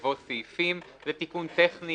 יבוא 'סעיפים'." זה תיקון טכני